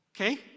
okay